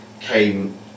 came